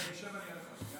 אני אשב ואענה לך.